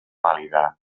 vàlida